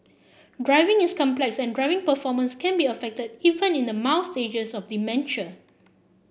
driving is complex and driving performance can be affected even in the mild stages of dementia